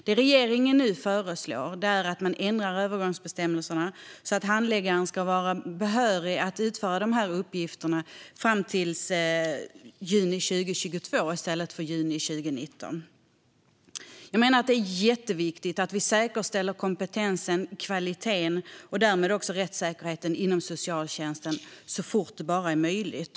Det regeringen nu föreslår är att man ändrar övergångsbestämmelserna så att handläggaren ska vara behörig att utföra dessa uppgifter fram till juni 2022 i stället för juni 2019. Jag menar att det är jätteviktigt att vi säkerställer kompetensen och kvaliteten och därmed också rättssäkerheten inom socialtjänsten så fort det bara är möjligt.